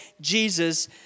Jesus